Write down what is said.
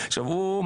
פתאום הוא רואה,